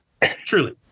Truly